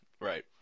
Right